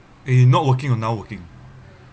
eh not working or now working